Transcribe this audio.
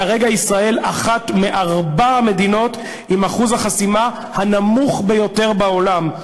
כרגע ישראל היא אחת מארבע המדינות עם אחוז החסימה הנמוך ביותר בעולם,